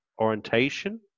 orientation